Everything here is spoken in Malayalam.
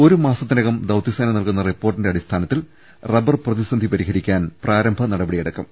ഒരു മാസത്തിനകം ദൌത്യസേന നൽകുന്ന റിപ്പോർട്ടിന്റെ അടിസ്ഥാനത്തിൽ റബ്ബർ പ്രതിസ്ന്ധി പരിഹരി ക്കാൻ പ്രാരംഭ നടപടിയെടുക്കും